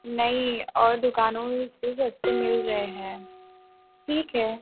नहीं और दुकानों में इससे सस्ते मिल रहे हैं ठीक है